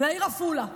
לעיר עפולה,